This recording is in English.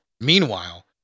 Meanwhile